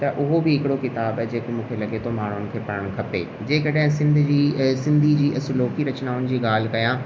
त उहो बि हिकिड़ो किताबु आहे जेको मूंखे लॻे थो माण्हुनि खे पढ़णु खपे जे कॾहिं सिंध जी सिंधी जी असुलोकी रचनाउनि जी ॻाल्हि कयां